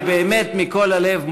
מכל הלב,